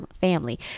family